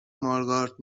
مارگارت